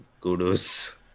kudos